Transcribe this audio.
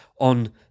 on